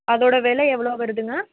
அதோடய விலை எவ்வளோ வருதுங்க